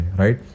right